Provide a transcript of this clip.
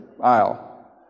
aisle